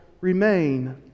remain